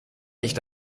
nicht